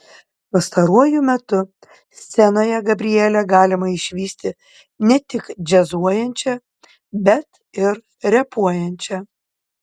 pastaruoju metu scenoje gabrielę galima išvysti ne tik džiazuojančią bet ir repuojančią